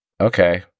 okay